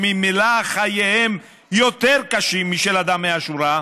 שממילא חייהם יותר קשים משל אדם מהשורה,